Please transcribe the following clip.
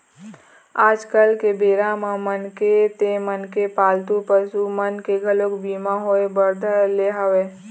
आज के बेरा म मनखे ते मनखे पालतू पसु मन के घलोक बीमा होय बर धर ले हवय